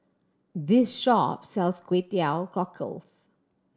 this shop sells Kway Teow Cockles